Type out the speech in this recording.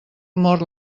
mor